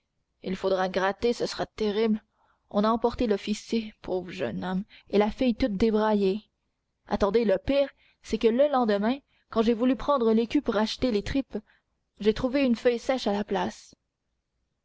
il faudra gratter ce sera terrible on a emporté l'officier pauvre jeune homme et la fille toute débraillée attendez le pire c'est que le lendemain quand j'ai voulu prendre l'écu pour acheter les tripes j'ai trouvé une feuille sèche à la place